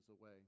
away